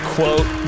Quote